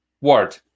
word